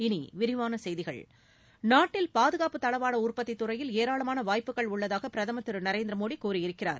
இனி விரிவான செய்திகள் நாட்டில் பாதுகாப்புத் தளவாட உற்பத்தித்துறையில் ஏராளமான வாய்ப்புகள் உள்ளதாக பிரதமர் திரு நரேந்திர மோடி கூறியிருக்கிறார்